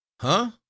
Huh